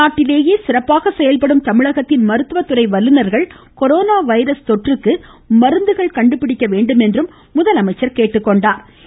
நாட்டிலேயே சிறப்பாக செயல்படும் தமிழகத்தின் மருத்துவதுறை வல்லுநர்கள் கொரோனா வைரஸ் தொற்றுக்கு மருந்துகள் கண்டுபிடிக்க வேண்டும் என்று முதல்மைச்சா் கேட்டுக்கொண்டாா்